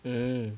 mm mm